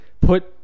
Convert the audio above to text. put